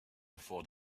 before